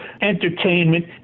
entertainment